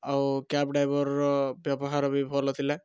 ଆଉ କ୍ୟାବ୍ ଡ୍ରାଇଭରର ବ୍ୟବହାର ବି ଭଲ ଥିଲା